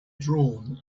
drawn